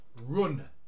Run